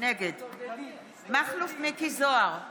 נגד מכלוף מיקי זוהר,